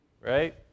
right